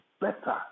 better